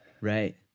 Right